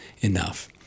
enough